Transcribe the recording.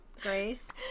Grace